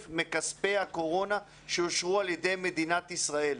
מכספי הקורונה שאושרו על ידי מדינת ישראל.